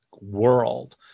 world